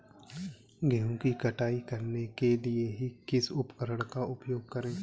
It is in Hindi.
गेहूँ की कटाई करने के लिए किस उपकरण का उपयोग करें?